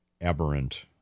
aberrant